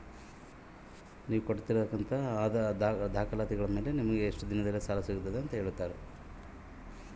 ಎಷ್ಟು ದಿನದ ಒಳಗೆ ನಮಗೆ ಸಾಲ ಸಿಗ್ತೈತೆ ಅಂತ ಹೇಳ್ತೇರಾ?